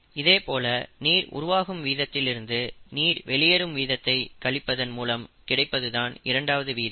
இதே போல நீர் உருவாகும் வீதத்தில் இருந்து நீர் வெளியேறும் வீதத்தை கழிப்பதன் மூலம் கிடைக்கும் இரண்டாவது வீதம்